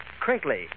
crinkly